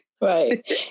Right